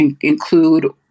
include